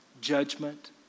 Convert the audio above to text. judgment